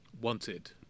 wanted